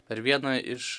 per vieną iš